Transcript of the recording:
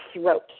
throat